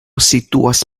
situas